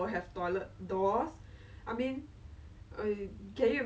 I guess it was also like fun for them because you get to see